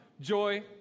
joy